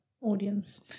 audience